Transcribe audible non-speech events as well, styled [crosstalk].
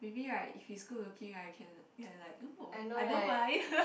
maybe right if he's good looking right I can can like oh I don't mind [laughs]